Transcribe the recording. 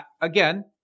again